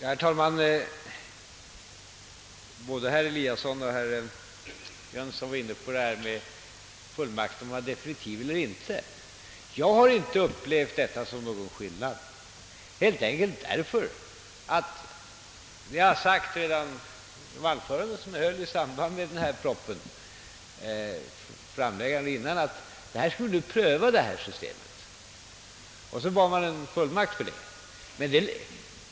Herr talman! Både herr Eliasson i Sundborn och herr Jönsson i Ingemarsgården var inne på frågan huruvida fullmakten skall vara definitiv eller inte. Jag har inte upplevt den saken så att där skulle föreligga någon skillnad, helt enkelt därför att vi redan i förarbetena till propositionen sade att detta system skall prövas och att vi skulle anhålla om fullmakt för det.